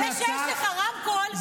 זה שיש לך רמקול,